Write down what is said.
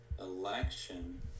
election